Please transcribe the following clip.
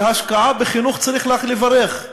על השקעה בחינוך צריך רק לברך,